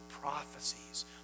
prophecies